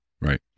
Right